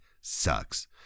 sucks